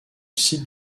site